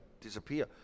disappear